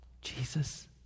Jesus